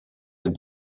den